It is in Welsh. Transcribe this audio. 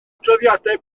adroddiadau